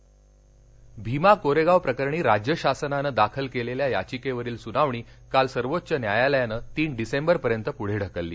भीमा कोरेगाव भीमा कोरेगाव प्रकरणी राज्य शासनानं दाखल केलेल्या याचिकेवरील सुनावणी काल सर्वोच्च न्यायालयानं तीन डिसेंबरपर्यंत पुढे ढकलली